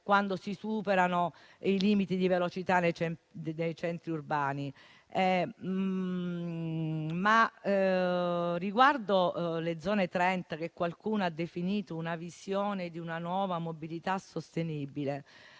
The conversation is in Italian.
quando si superano i limiti di velocità nei centri urbani; tuttavia, riguardo alle Zone 30, che qualcuno ha definito visione di una nuova mobilità sostenibile,